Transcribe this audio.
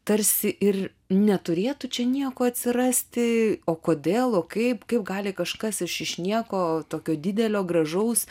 tarsi ir neturėtų čia nieko atsirasti o kodėlo kaip kaip gali kažkas iš iš nieko tokio didelio gražaus